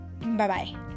Bye-bye